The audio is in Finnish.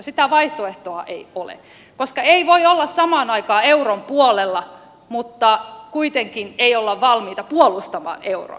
sitä vaihtoehtoa ei ole koska ei voi olla samaan aikaan euron puolella mutta kuitenkaan ei valmis puolustamaan euroa